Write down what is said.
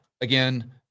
again